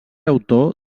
autor